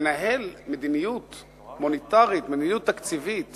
מנהל מדיניות מוניטרית, מדיניות תקציבית